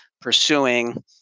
pursuing